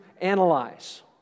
analyze